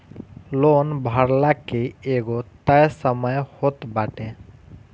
loan भरला के एगो तय समय होत बाटे